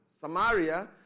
Samaria